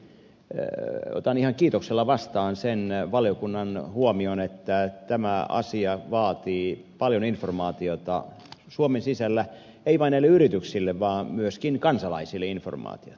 ensinnäkin otan ihan kiitoksella vastaan sen valiokunnan huomion että tämä asia vaatii paljon informaatiota suomen sisällä ei vain näille yrityksille vaan myöskin kansalaisille informaatiota